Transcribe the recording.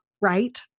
right